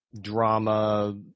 drama